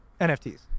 NFTs